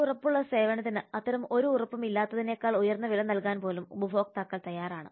ഒരു ഉറപ്പുള്ള സേവനത്തിന് അത്തരം ഒരു ഉറപ്പും ഇല്ലാത്തതിനേക്കാൾ ഉയർന്ന വില നൽകാൻ പോലും ഉപഭോക്താക്കൾ തയ്യാറാണ്